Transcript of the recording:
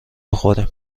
بخوریم